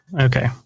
Okay